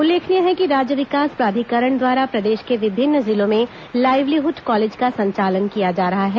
उल्लेखनीय है कि राज्य विकास प्राधिकरण द्वारा प्रदेश के विभिन्न जिलों में लाइवलीहुड कॉलेज का संचालन किया जा रहा है